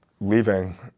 leaving